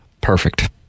Perfect